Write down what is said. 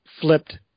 flipped